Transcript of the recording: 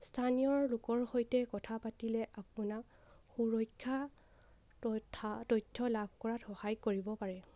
স্থানীয়ৰ লোকৰ সৈতে কথা পাতিলে আপোনাক সুৰক্ষা তথা তথ্য লাভ কৰাত সহায় কৰিব পাৰে